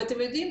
ואתם יודעים,